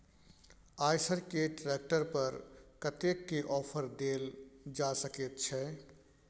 आयसर के ट्रैक्टर पर कतेक के ऑफर देल जा सकेत छै?